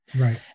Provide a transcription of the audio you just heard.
Right